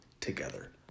together